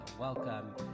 Welcome